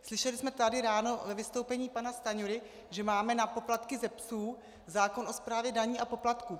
Slyšeli jsme tady ráno ve vystoupení pana Stanjury, že máme na poplatky ze psů zákon o správě daní a poplatků.